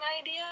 idea